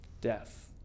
death